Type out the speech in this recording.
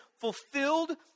fulfilled